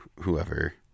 Whoever